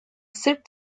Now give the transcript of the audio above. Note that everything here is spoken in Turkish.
sırp